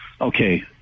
okay